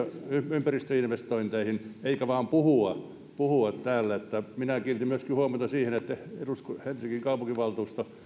ympäristöinvestointeihin eikä vain puhua puhua täällä minä kiinnitin myöskin huomiota siihen että helsingin kaupunginvaltuusto